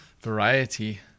variety